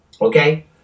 okay